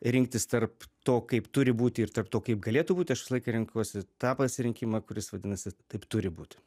rinktis tarp to kaip turi būti ir tarp to kaip galėtų būti aš visą laiką renkuosi tą pasirinkimą kuris vadinasi taip turi būti